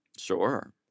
Sure